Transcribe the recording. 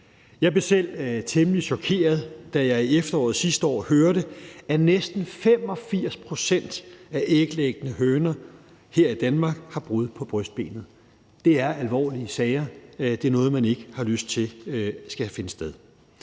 Jeg blev selv temmelig chokeret, da jeg i efteråret sidste år hørte, at næsten 85 pct. af æglæggende høner her i Danmark har brud på brystbenet. Det er alvorlige sager. Det er noget, man ikke har lyst til skal finde sted.